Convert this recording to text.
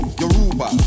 yoruba